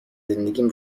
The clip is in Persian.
زندگیم